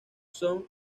son